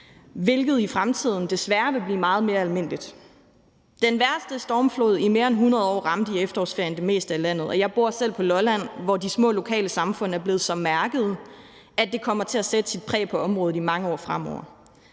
hvilket i fremtiden desværre vil blive meget mere almindeligt. Den værste stormflod i mere end 100 år ramte i efterårsferien det meste af landet. Jeg bor selv på Lolland, hvor de små, lokale samfund er blevet så mærket, at det kommer til at sætte sit præg på området i mange år fremover.